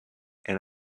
and